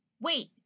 Wait